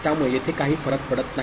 त्यामुळे येथे काही फरक पडत नाही